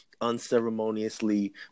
unceremoniously